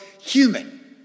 human